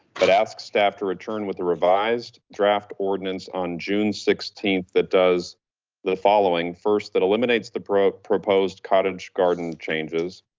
but ask staff to return with the revised draft ordinance on june sixteenth, that does the following, first that eliminates the proposed cottage garden changes,